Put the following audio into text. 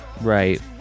right